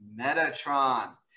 Metatron